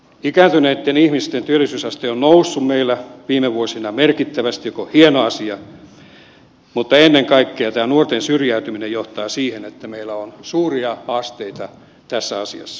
ikääntyneitten ihmisten työllisyysaste on noussut meillä viime vuosina merkittävästi joka on hieno asia mutta ennen kaikkea tämä nuorten syrjäytyminen johtaa siihen että meillä on suuria haasteita tässä asiassa